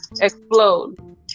Explode